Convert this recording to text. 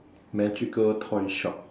magical toy shop